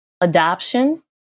adoption